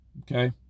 Okay